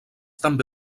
també